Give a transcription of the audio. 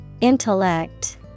Intellect